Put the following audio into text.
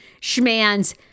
Schman's